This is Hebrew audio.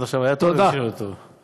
עד עכשיו היה טוב, וימשיך להיות טוב.